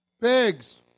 Pigs